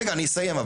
רגע, אבל אני אסיים.